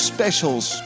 Specials